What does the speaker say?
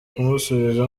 kumusubiza